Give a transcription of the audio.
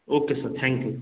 okay sir thank you